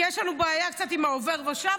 כי יש למדינת ישראל קצת בעיה עם העובר ושב,